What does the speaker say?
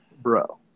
Bro